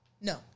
No